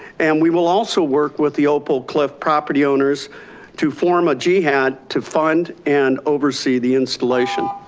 and we will also work with the opal cliff property owners to form a jihad to fund and oversee the installation.